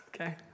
okay